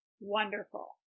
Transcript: wonderful